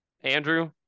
Andrew